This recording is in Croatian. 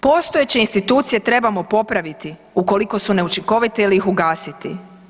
Postojeće institucije trebamo popraviti ukoliko su učinkovite ili ih ugasiti.